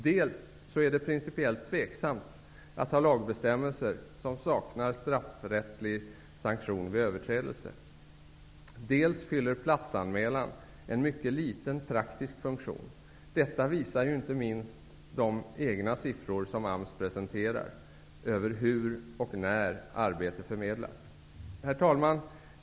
Dels är det principiellt tveksamt att ha lagbestämmelser som saknar straffrättslig sanktion vid överträdelse, dels fyller platsanmälan en mycket liten praktisk funktion. Detta visar inte minst siffror som AMS presenterar över hur och när arbete förmedlas. Herr talman!